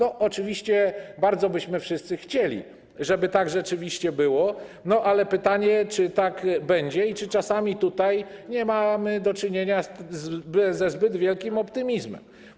Oczywiście bardzo byśmy wszyscy chcieli, żeby tak rzeczywiście było, ale pytanie: Czy tak będzie i czy czasami nie mamy tutaj do czynienia z zbyt wielkim optymizmem?